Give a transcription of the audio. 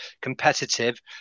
competitive